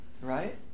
right